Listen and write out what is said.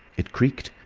it creaked,